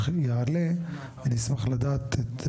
אני אשמח לדעת,